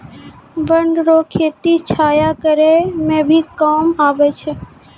वन रो खेती छाया करै मे भी काम आबै छै